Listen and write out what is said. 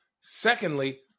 Secondly